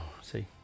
See